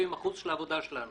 60%-70% מהעבודה שלנו?